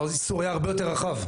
האיסור היה הרבה יותר רחב,